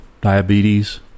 diabetes